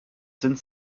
sind